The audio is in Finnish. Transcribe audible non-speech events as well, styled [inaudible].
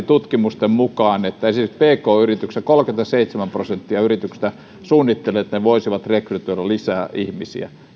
[unintelligible] tutkimusten mukaan sen seurauksena esimerkiksi pk yrityksissä kolmekymmentäseitsemän prosenttia yrityksistä suunnittelee että ne voisivat rekrytoida lisää ihmisiä